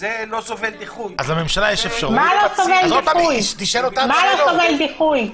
וזה לא סובל דיחוי וזה מציל נפש --- מה לא סובל דיחוי?